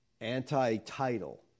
anti-title